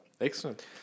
excellent